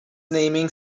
naming